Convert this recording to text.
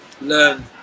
learn